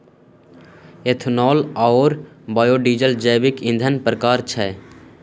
ethanol आओर biodiesel जैविक ईंधनक प्रकार छै